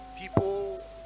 People